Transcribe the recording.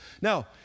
Now